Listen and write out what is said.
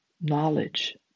knowledge